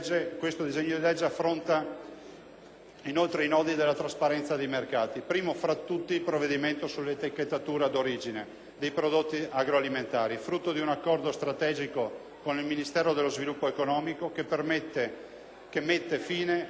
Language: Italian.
affronta i nodi della trasparenza dei mercati, primo fra tutti il provvedimento sull'etichettatura d'origine dei prodotti agroalimentari, frutto di un accordo strategico con il Ministero dello sviluppo economico, che mette fine ad anni di contrapposizioni tra agricoltura ed industria